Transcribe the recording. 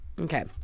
Okay